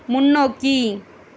முன்னோக்கி